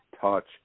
touch